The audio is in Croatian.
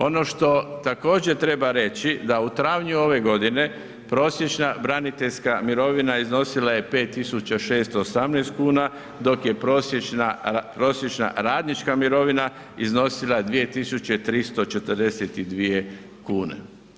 Ono što također treba reći da u travnju ove godine prosječna braniteljska mirovina iznosila je 5.618 kuna, dok je prosječna radnička mirovina iznosila 2.342 kune.